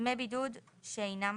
דמי בידוד אינם